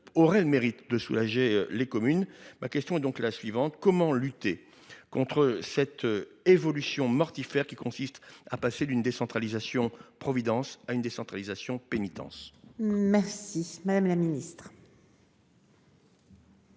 auraient le mérite de soulager les communes. Ma question est donc simple : comment lutter contre cette évolution mortifère qui consiste à passer d'une décentralisation providence à une décentralisation pénitence ? La parole est à Mme la ministre